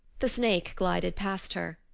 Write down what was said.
the snake glided past her.